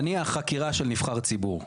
נניח חקירה של נבחר ציבור?